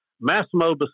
Massimo